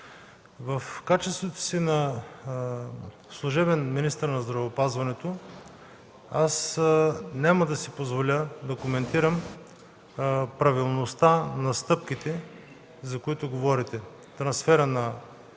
В качеството си на служебен министър на здравеопазването аз няма да си позволя да коментирам правилността на стъпките, за които говорите